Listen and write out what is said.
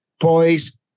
toys